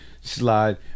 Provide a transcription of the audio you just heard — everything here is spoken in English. slide